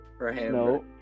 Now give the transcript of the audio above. no